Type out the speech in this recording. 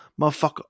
Motherfucker